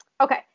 Okay